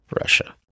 Russia